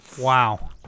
Wow